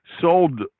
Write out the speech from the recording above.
sold